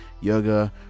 yoga